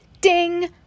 ding